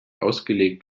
ausgelegt